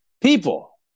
people